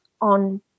on